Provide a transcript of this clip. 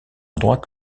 endroit